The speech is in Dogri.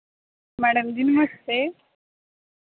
मैडम जी नमस्ते